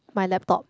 my laptop